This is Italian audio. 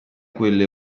quelle